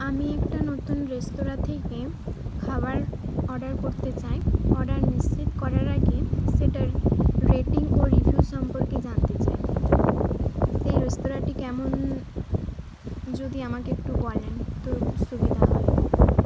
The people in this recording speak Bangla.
আমি একটা নতুন রেস্তোরাঁ থেকে খাবার অর্ডার করতে চাই অর্ডার নিশ্চিত করার আগে সেটার রেটিং ও রিভিউ সম্পর্কে জানতে চাই সেই রেস্তোরাঁটি কেমন যদি আমাকে একটু বলেন তো সুবিধা হয়